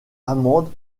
amende